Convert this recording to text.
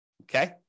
Okay